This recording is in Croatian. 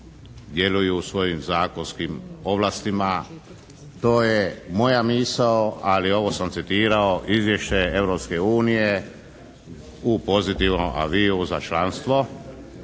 djeluju u svojim zakonskim ovlastima. To je moja misao, ali ovo sam citirao izvješće Europske unije u pozitivnom avis-u za članstvo.